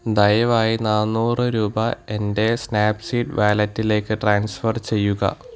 ദയവായി നാനൂറ് രൂപ എൻ്റെ സ്നാപ്പ്സീഡ് വാലറ്റിലേക്ക് ട്രാൻസ്ഫർ ചെയ്യുക